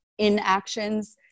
inactions